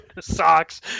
Socks